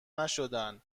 نشدن